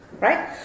right